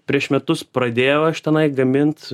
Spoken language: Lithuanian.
prieš metus pradėjau aš tenai gamint